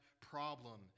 problem